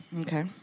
Okay